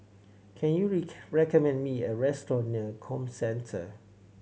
can you recommend me a restaurant near Comcentre